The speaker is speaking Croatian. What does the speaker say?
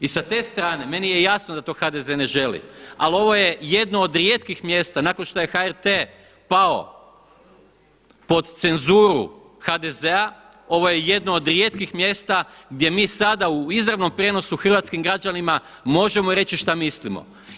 I sa te strane, meni je jasno da to HDZ ne želi, ali ovo je jedno od rijetkih mjesta nakon što je HRT pao pod cenzuru HDZ-a ovo je jedno od rijetkih mjesta gdje mi sada u izravnom prijenosu hrvatskim građanima možemo reći šta mislimo.